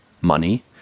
money